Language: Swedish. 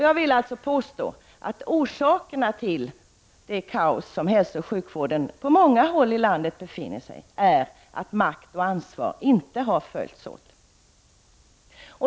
Jag vill påstå att orsaken till det kaos som hälsooch sjukvården befinner sig i på många håll i landet är att makt och ansvar inte har följts åt.